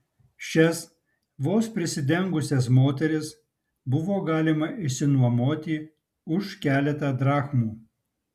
šias vos prisidengusias moteris buvo galima išsinuomoti už keletą drachmų